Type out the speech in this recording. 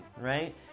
right